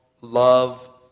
love